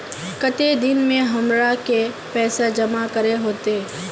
केते दिन में हमरा के पैसा जमा करे होते?